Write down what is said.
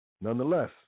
nonetheless